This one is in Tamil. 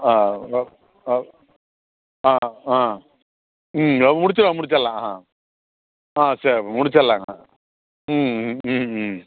ஆ இதை ஆ ஆ ஆ ம் முடிச்சிடலாம் முடிச்சிடலாம் ஆ ஆ சரி முடிச்சிடலாங்க ம் ம் ம்